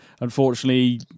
Unfortunately